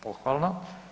Pohvalno.